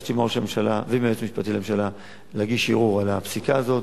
ביקשתי מראש הממשלה ומהיועץ המשפטי לממשלה להגיש ערעור על הפסיקה הזאת,